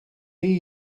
chi